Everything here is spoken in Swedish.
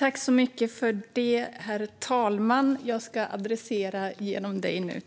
Herr talman! Jag